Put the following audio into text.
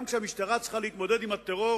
גם כשהמשטרה צריכה להתמודד עם הטרור